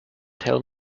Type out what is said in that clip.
tell